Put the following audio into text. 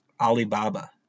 Alibaba